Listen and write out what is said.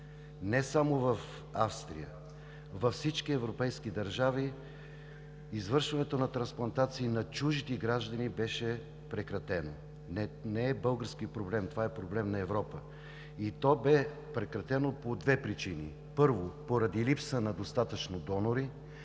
не само в Австрия, във всички европейски държави извършването на трансплантации на чужди граждани беше прекратено. Не е български проблем. Това е проблем на Европа. То бе прекратено по две причини: първо, поради липса на достатъчно донори,